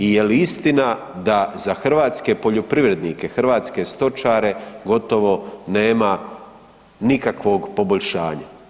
I jel istina da za hrvatske poljoprivrednike, hrvatske stočare gotovo nema nikakvog poboljšanja?